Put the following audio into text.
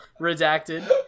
redacted